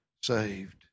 saved